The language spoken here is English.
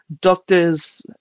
doctors